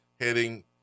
heading